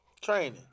training